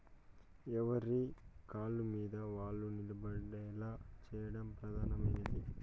ఎవరి కాళ్ళమీద వాళ్ళు నిలబడేలా చేయడం ప్రధానమైనది